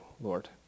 Lord